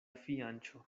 fianĉo